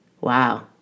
Wow